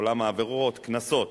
מעולם העבירות: קנסות.